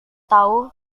tahu